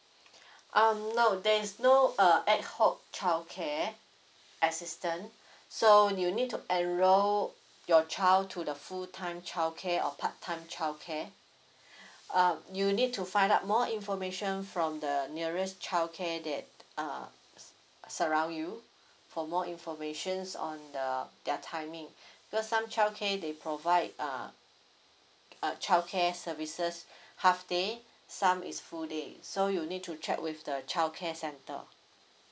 um no there is no uh ac hoc child care assistance so you need to enroll your child to the full time childcare or part time childcare uh you need to find out more information from the nearest childcare that uh surround you for more information on the their timing because some childcare they provide uh uh childcare services half day some is full day so you need to check with the childcare centre